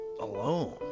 alone